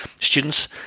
students